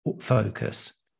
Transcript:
focus